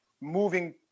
moving